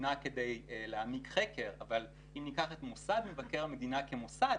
מונה כדי להעמיק חקר אבל אם ניקח את מוסד מבקר המדינה כמוסד,